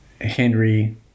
Henry